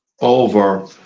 over